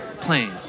playing